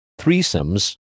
threesomes